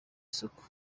isuku